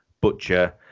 butcher